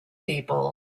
people